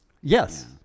Yes